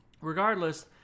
regardless